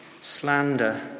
slander